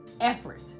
effort